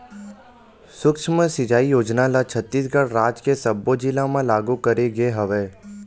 सुक्ष्म सिचई योजना ल छत्तीसगढ़ राज के सब्बो जिला म लागू करे गे हवय